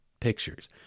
pictures